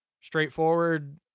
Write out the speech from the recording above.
straightforward